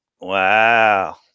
Wow